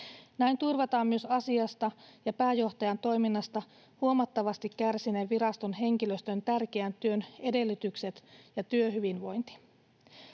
Näin turvataan myös asiasta ja pääjohtajan toiminnasta huomattavasti kärsineen viraston henkilöstön tärkeän työn edellytykset ja työhyvinvointi.